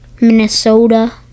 Minnesota